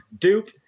Duke